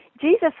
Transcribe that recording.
Jesus